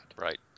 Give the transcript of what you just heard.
Right